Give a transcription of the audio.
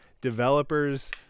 developers